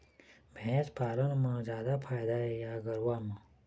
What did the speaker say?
भैंस पालन म जादा फायदा हे या गरवा म?